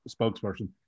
spokesperson